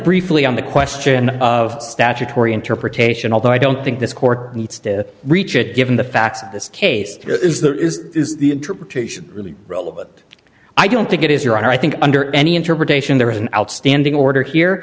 briefly on the question of statutory interpretation although i don't think this court needs to reach it given the facts of this case is that is is the interpretation really relevant i don't think it is your honor i think under any interpretation there is an outstanding order here